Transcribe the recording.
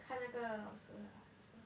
看那个老师 lah so